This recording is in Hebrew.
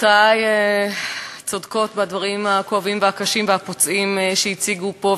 חברותי צודקות בדברים הכואבים והקשים והפוצעים שהן הציגו פה,